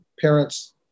parents